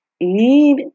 need